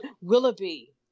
Willoughby